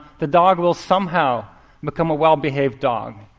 the dog will somehow become a well-behaved dog.